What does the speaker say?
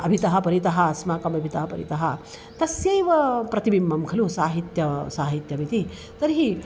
अभितः परितः अस्माकम् अभितः परितः तस्यैव प्रतिबिम्बं खलु साहित्यं साहित्यमिति तर्हि